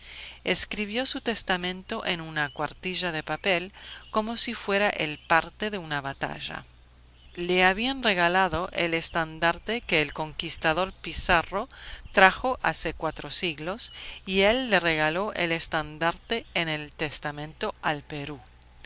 escribió su testamento en una cuartilla de papel como si fuera el parte de una batalla le habían regalado el estandarte que el conquistador pizarro trajo hace cuatro siglos y él le regaló el estandarte en el testamento al perú